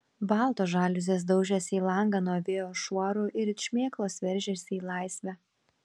baltos žaliuzės daužėsi į langą nuo vėjo šuorų ir it šmėklos veržėsi į laisvę